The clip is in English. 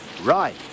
Right